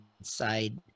inside